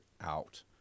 out